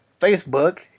Facebook